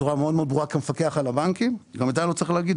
בצורה מאוד מאוד ברורה כמפקח על הבנקים גם את זה אני לא צריך להגיד,